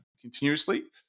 continuously